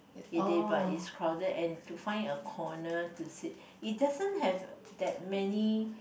it did but it's crowded and to find a corner to sit it doesn't have that many